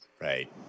Right